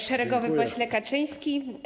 Szeregowy Pośle Kaczyński!